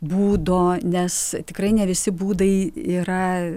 būdo nes tikrai ne visi būdai yra